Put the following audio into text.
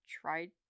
tried